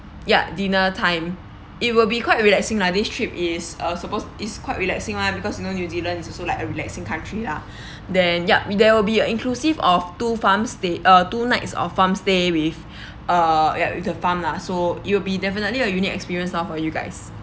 ya dinner time it will be quite uh relaxing lah this trip is uh supposed is quite relaxing [one] because you know new zealand is also like a relaxing country lah then ya there will be a inclusive of two farms there uh two nights of farm stay with uh ya with a farm lah so you'll will be definitely a unique experience lor for you guys